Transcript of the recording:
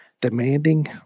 demanding